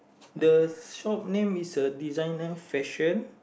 the shop name is uh designer fashion